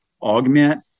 augment